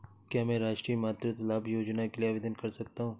क्या मैं राष्ट्रीय मातृत्व लाभ योजना के लिए आवेदन कर सकता हूँ?